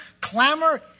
clamor